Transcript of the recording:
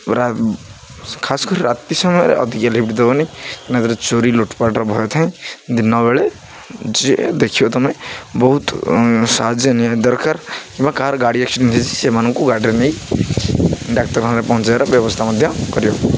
ପୁରା ଖାସ୍ କରି ରାତି ସମୟରେ ଅଧିକ ଲିଫ୍ଟ ଦେବନି ଏଥିରେ ଚୋରି ଲୁଟ୍ପାଟ୍ର ଭୟ ଥାଏ ଦିନ ବେଳେ ଯିଏ ଦେଖିବ ତୁମେ ବହୁତ ସାହାଯ୍ୟ ନିହାତି ଦରକାର କିମ୍ବା କାହାର ଗାଡ଼ି ଏକ୍ସିଡେଣ୍ଟ୍ ହୋଇଛି ସେମାନଙ୍କୁ ଗାଡ଼ିରେ ନେଇକି ଡାକ୍ତରଖାନାରେ ପହଞ୍ଚାଇବାର ବ୍ୟବସ୍ଥା ମଧ୍ୟ କରିବ